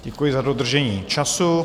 Děkuji za dodržení času.